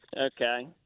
Okay